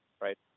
right